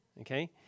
okay